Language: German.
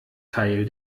teil